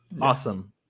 awesome